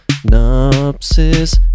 synopsis